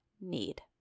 need